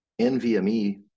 NVMe